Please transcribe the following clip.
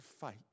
fight